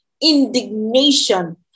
indignation